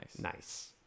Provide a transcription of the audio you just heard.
nice